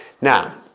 Now